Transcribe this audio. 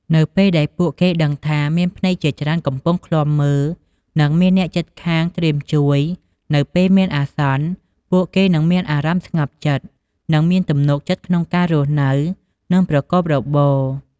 នៅពេលដែលពួកគេដឹងថា មានភ្នែកជាច្រើនកំពុងឃ្លាំមើល និងមានអ្នកជិតខាងត្រៀមជួយនៅពេលមានអាសន្ន ពួកគេនឹងមានអារម្មណ៍ស្ងប់ចិត្ត និងមានទំនុកចិត្តក្នុងការរស់នៅ និងប្រកបរបរ។